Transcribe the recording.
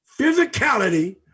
physicality